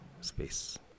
space